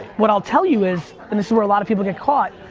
what i'll tell you is, and this is where a lot of people get caught,